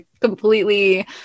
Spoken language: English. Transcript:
completely